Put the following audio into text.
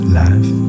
life